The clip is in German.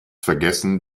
vergessen